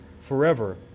forever